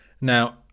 Now